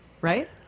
right